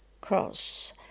cross